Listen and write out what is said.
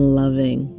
loving